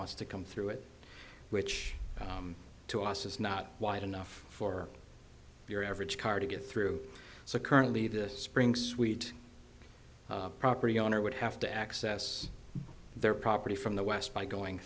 wants to come through it which to us is not wide enough for your average car to get through so currently this spring sweet property owner would have to access their property from the west by going